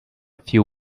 few